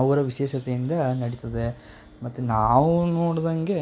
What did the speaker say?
ಅವರ ವಿಶೇಷತೆಯಿಂದ ನಡೀತದೆ ಮತ್ತು ನಾವು ನೋಡ್ದಂಗೆ